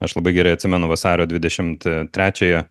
aš labai gerai atsimenu vasario dvidešimt trečiąją